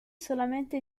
solamente